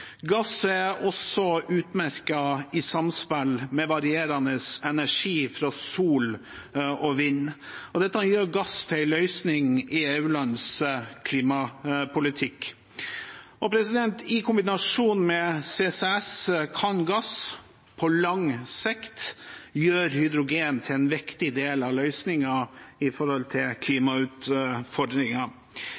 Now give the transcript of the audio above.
Gass er også utmerket i samspill med varierende energi fra sol og vind. Dette gjør gass til en løsning i EU-lands klimapolitikk. I kombinasjon med CCS kan gass på lang sikt gjøre hydrogen til en viktig del av